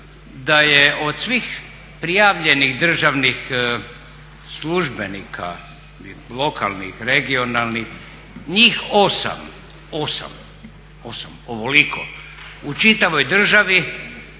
da je od svih prijavljenih državnih službenika, lokalnih, regionalnih, njih 8, 8, ovoliko u čitavoj državi